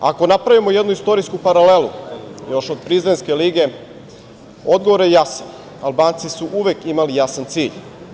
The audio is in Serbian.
Ako napravimo jednu istorijsku paralelu, još od Prizrenske lige, odgovor je jasan - Albanci su uvek imali jasan cilj.